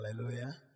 Hallelujah